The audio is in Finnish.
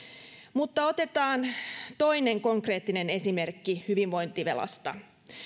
mutta otetaan toinen konkreettinen esimerkki hyvinvointivelasta